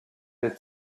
the